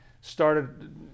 started